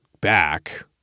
back